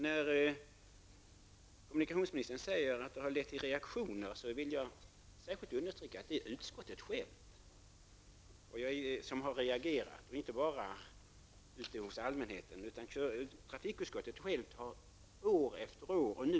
När kommunikationsministern säger att detta har lett till reaktioner vill jag understryka att det inte bara är allmänheten som reagerat, utan även trafikutskottet har år efter år reagerat.